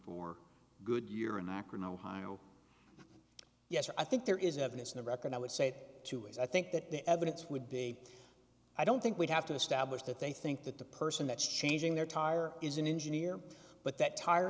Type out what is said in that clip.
a good year in akron ohio yes i think there is evidence in the record i would say two ways i think that the evidence would be i don't think we'd have to establish that they think that the person that's changing their tire is an engineer but that tire